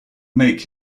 make